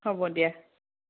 হ'ব দিয়া